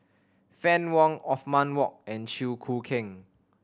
Fann Wong Othman Wok and Chew Choo Keng